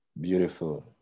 Beautiful